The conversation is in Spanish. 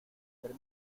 ser